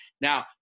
Now